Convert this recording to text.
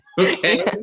okay